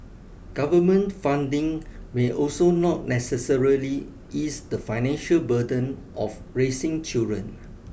government funding may also not necessarily ease the financial burden of raising children